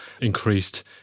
increased